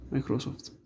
Microsoft